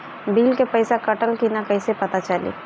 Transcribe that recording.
Bill के पइसा कटल कि न कइसे पता चलि?